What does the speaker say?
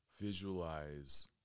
Visualize